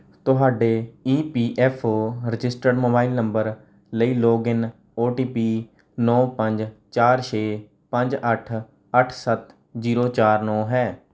ਤੁਹਾਡੇ E P F O registered mobile number ਲਈ login O T P ਨੌਂ ਪੰਜ ਚਾਰ ਛੇ ਪੰਜ ਅੱਠ ਅੱਠ ਸੱਤ ਜ਼ੀਰੋ ਚਾਰ ਨੌਂ ਹੈ